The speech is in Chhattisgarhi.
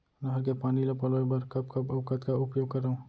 नहर के पानी ल पलोय बर कब कब अऊ कतका उपयोग करंव?